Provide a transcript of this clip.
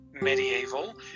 Medieval